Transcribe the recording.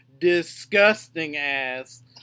disgusting-ass